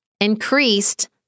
increased